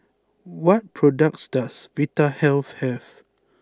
what products does Vitahealth have